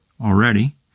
already